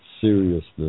seriousness